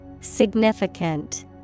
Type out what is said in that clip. Significant